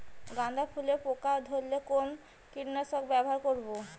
গাদা ফুলে পোকা ধরলে কোন কীটনাশক ব্যবহার করব?